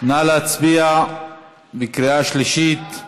נא להצביע בקריאה שלישית,